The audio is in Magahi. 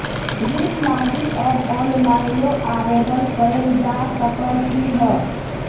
ऋण लागी अब ऑनलाइनो आवेदन कएल जा सकलई ह